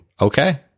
Okay